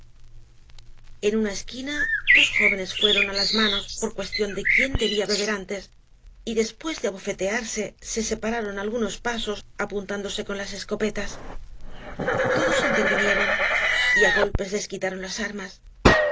en una esquina dos jóvenes fueron á las ma nos por cuestión de quién debía beber antes y después de abofetearse bo separaron algucoa pasos apuntándose con las escopetas todos intervinieron y á golpes les quitaron las armas